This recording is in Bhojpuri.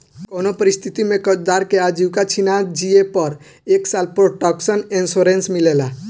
कउनो परिस्थिति में कर्जदार के आजीविका छिना जिए पर एक साल प्रोटक्शन इंश्योरेंस मिलेला